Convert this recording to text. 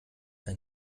ein